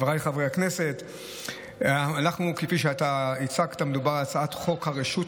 אבל אין לי בעיה שחבר הכנסת ביטן יציג את ההצעה גם בקריאה ראשונה,